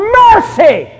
mercy